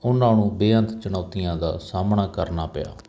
ਉਹਨਾਂ ਨੂੰ ਬੇਅੰਤ ਚੁਣੌਤੀਆਂ ਦਾ ਸਾਹਮਣਾ ਕਰਨਾ ਪਿਆ